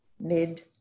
mid